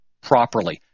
properly